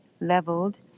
leveled